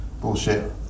bullshit